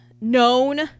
known